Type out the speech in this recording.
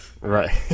Right